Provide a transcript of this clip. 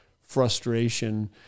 frustration